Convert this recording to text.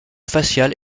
faciale